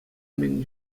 мӗн